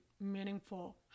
meaningful